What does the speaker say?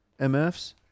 MFs